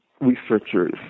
researcher's